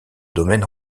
domaine